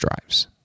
drives